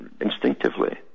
instinctively